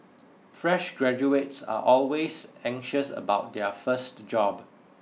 fresh graduates are always anxious about their first job